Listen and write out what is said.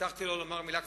הבטחתי לו לומר מלה קצרה,